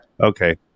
okay